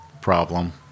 problem